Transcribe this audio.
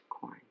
corn